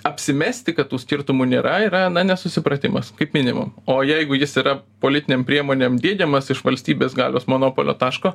apsimesti kad tų skirtumų nėra yra na nesusipratimas kaip minimum o jeigu jis yra politinėm priemonėm diegiamas iš valstybės galios monopolio taško